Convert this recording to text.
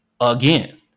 Again